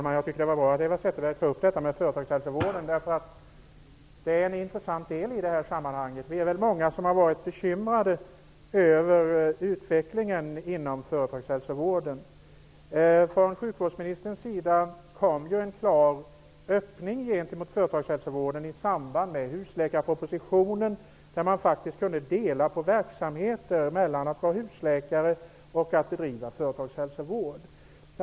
Fru talman! Det var bra att Eva Zetterberg tog upp företagshälsovården. Det är en intressant del i det här sammanhanget. Vi är många som har varit bekymrade över utvecklingen inom företagshälsovården. Sjukvårdsministern kom i samband med husläkarpropositionen med en klar öppning i fråga om företagshälsovården som innebar att man faktiskt kan dela upp verksamheten mellan att vara husläkare och att bedriva företagshälsovård.